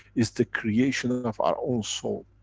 it's the creation of our own soul.